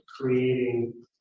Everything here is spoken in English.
creating